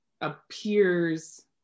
appears